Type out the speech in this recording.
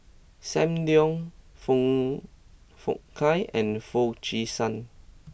Sam Leong Foong Fook Kay and Foo Chee San